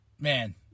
man